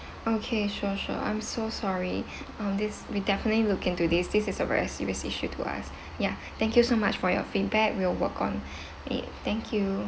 okay sure sure I'm so sorry um this we'll definitely look into this this is a very serious issue to us ya thank you so much for your feedback we'll work on it thank you